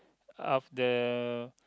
of the